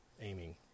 aiming